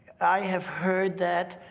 i have heard that,